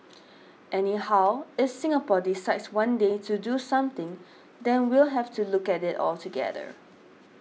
anyhow if Singapore decides one day to do something then we'll have to look at it altogether